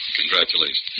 Congratulations